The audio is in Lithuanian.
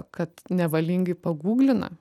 kad nevalingai pagūglina